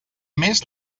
mes